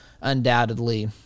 undoubtedly